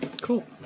Cool